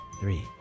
Three